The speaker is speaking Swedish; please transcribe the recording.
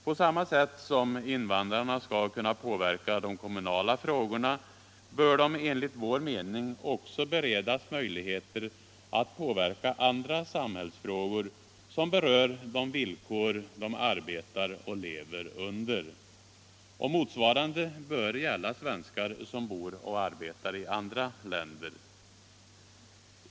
På samma sätt som invandrarna skall kunna påverka de kommunala frågorna bör de enligt vår mening beredas möjligheter att påverka andra samhällsfrågor, som berör de villkor de arbetar och lever under. Motsvarande bör gälla svenskar som bor och arbetar i andra länder.